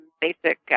basic